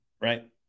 right